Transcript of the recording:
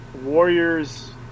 Warriors